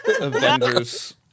Avengers